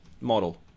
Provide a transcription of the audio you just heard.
model